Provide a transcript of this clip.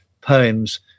poems